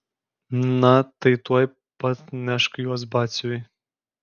na tai tuoj pat nešk juos batsiuviui